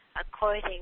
according